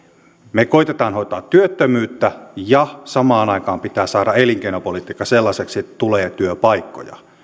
me koetamme hoitaa työttömyyttä ja samaan aikaan pitää saada elinkeinopolitiikka sellaiseksi että tulee työpaikkoja